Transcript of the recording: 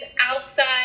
outside